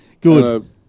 Good